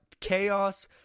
Chaos